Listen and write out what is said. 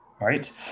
right